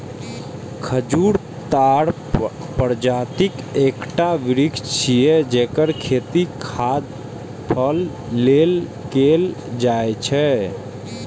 खजूर ताड़ प्रजातिक एकटा वृक्ष छियै, जेकर खेती खाद्य फल लेल कैल जाइ छै